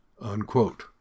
Unquote